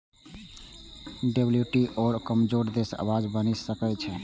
WTO कमजोर देशक आवाज बनि सकै छै